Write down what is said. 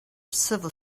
civil